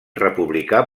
republicà